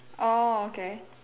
oh okay